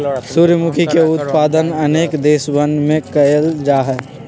सूर्यमुखी के उत्पादन अनेक देशवन में कइल जाहई